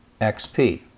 XP